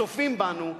צופים בנו,